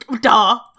Duh